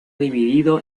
dividido